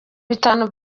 bitanu